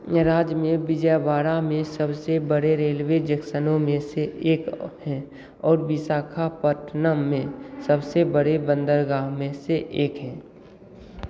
राज्य में विजयवाड़ा में सबसे बड़े रेलवे जंक्शनों में से एक है और विशाखापटनम में सबसे बड़े बंदरगाहों में से एक है